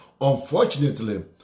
unfortunately